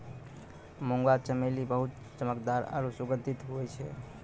मुंगा चमेली बहुत चमकदार आरु सुगंधित हुवै छै